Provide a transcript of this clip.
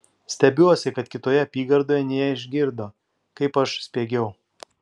stebiuosi kad kitoje apygardoje neišgirdo kaip aš spiegiau